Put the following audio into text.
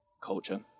culture